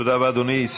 תודה רבה, אדוני.